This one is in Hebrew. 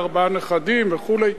ארבעה נכדים וכו'.